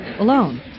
Alone